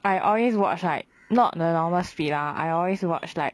I always watch right not the normal speed lah I always watch like